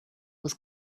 was